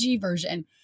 version